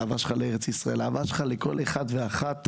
האהבה שלך לארץ ישראל ואהבה שלך לכל אחד ואחת.